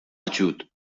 ajut